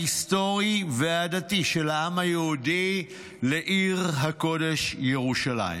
ההיסטורי והדתי של העם היהודי לעיר הקודש ירושלים,